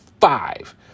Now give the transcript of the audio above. five